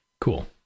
cool